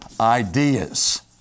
ideas